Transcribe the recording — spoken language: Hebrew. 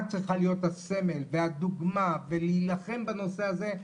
את צריכה להיות הסמל והדוגמא ולהילחם בנושא הזה,